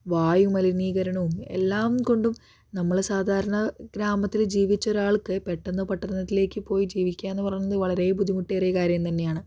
വായു മലിനീകരണവും എല്ലാം കൊണ്ടും നമ്മള് സാധാരണ ഗ്രാമത്തില് ജീവിച്ച ഒരാൾക്ക് പെട്ടന്ന് പട്ടണത്തിലേക്ക് പോയി ജീവിക്കുകയെന്ന് പറയണത് വളരെ ബുദ്ധിമുട്ടേറിയ കാര്യം തന്നെയാണ്